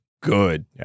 good